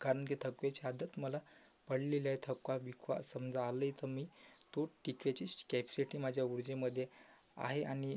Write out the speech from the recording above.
कारण की थकवेची आदत मला पडलेली आहे थकवा बिकवा समजा आले तर मी तो टिकवायची श् कॅप्सिटी माझ्या उर्जेमध्ये आहे आणि